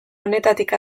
honetatik